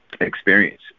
experience